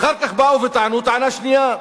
אחר כך באו וטענו טענה שנייה,